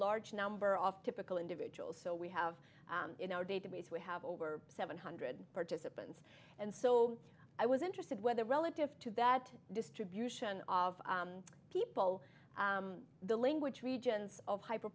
large number off typical individual so we have in our database we have over seven hundred participants and so i was interested whether relative to that distribution of people the language regions of hyper